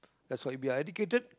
that's why if you are educated